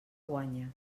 guanya